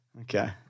Okay